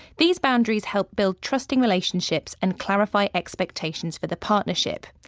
these boundaries help build trusting relationships and clarify expectations for the partnership.